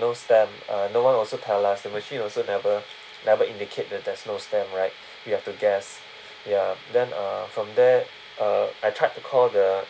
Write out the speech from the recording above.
no stamp uh no one also tell us the machine also never never indicate that there's no stamp right you have to guess ya then uh from there uh I tried to call the